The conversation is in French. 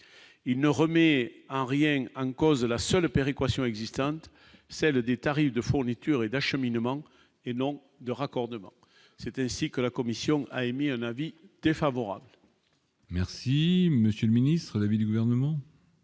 il ne remet rien en cause la seule la péréquation existante, celle des tarifs de fournitures et d'acheminement et non de raccordement, c'est ainsi que la commission a émis un avis défavorable. Merci monsieur le ministre à l'avis du gouvernement.